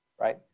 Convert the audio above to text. right